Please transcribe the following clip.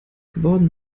geworden